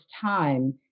time